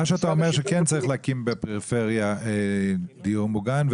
מה שאתה אומר זה שכן צריך להקים בפריפריה דיור מוגן,